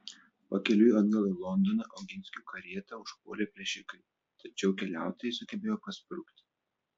pakeliui atgal į londoną oginskių karietą užpuolė plėšikai tačiau keliautojai sugebėjo pasprukti